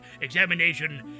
Examination